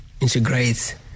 integrate